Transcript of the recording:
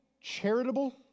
charitable